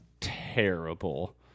terrible